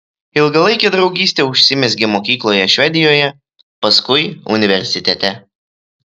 ilgalaikė draugystė užsimezgė mokykloje švedijoje paskui universitete